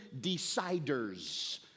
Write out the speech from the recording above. deciders